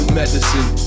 medicine